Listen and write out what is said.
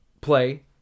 play